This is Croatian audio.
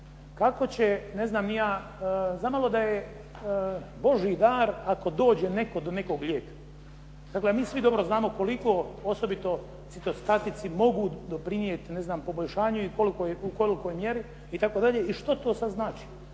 ostat bez lijekova, zamalo da je božji dar ako dođe netko do nekog lijeka, dakle mi svi dobro znamo koliko osobito citostatici mogu doprinijeti poboljšanju i u koliko mjeri itd. I što to sad znači?